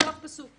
וסוף פסוק.